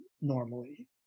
normally